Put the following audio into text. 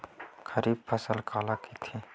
खरीफ फसल काला कहिथे?